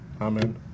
Amen